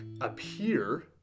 appear